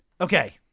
Okay